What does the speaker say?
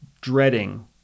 dreading